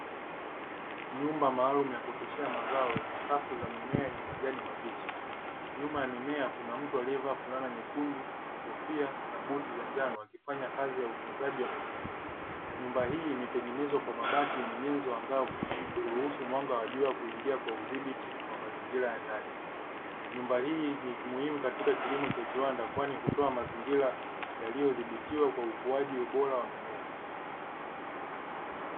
Nyumba maalumu ya kuoteshea mazao yenye safu za mimea yenye majani mabichi, nyuma ya mimea kuna mtu aliyevaa fulana nyekundu, kofia na buti za njano akifanya kazi ya utunzaji wa mimea. Nyumba hii imetengenezwa kwa mabati yenye nyenzo angavu, kuruhusu mwanga wa jua kuingia kwa udhibiti wa mazingira ya ndani. Nyumba hii ni muhimu katika kilimo cha viwanda, kwani hutoa mazingira yaliyodhibitiwa kwa ukuaji bora wa mimea.